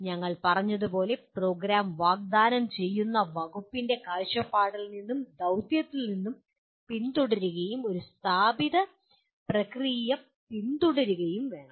ഞങ്ങൾ പറഞ്ഞതുപോലെ പ്രോഗ്രാം വാഗ്ദാനം ചെയ്യുന്ന വകുപ്പിന്റെ കാഴ്ചപ്പാടിൽ നിന്നും ദൌത്യത്തിൽ നിന്നും പിന്തുടരുകയും ഒരു സ്ഥാപിത പ്രക്രിയ പിന്തുടരുകയും വേണം